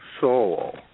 soul